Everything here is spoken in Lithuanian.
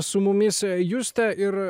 su mumis juste ir